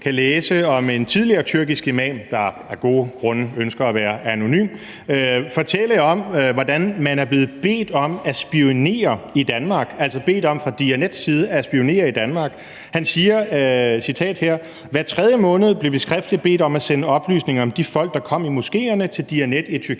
kan læse om en tidligere tyrkisk imam, der af gode grunde ønsker at være anonym, og som fortæller om, hvordan man er blevet bedt om at spionere i Danmark – altså bedt om fra Diyanets side at spionere i Danmark. Han siger: »Hver tredje måned blev vi skriftligt bedt om at sende oplysninger om de folk, der kom i moskeerne, til Diyanet i Tyrkiet.